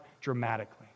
dramatically